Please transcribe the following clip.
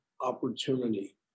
opportunity